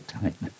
time